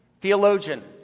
theologian